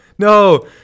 No